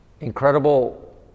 incredible